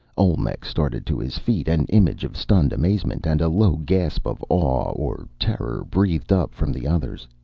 olmec started to his feet, an image of stunned amazement, and a low gasp of awe or terror breathed up from the others.